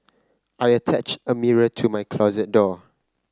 I attached a mirror to my closet door